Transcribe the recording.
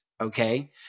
Okay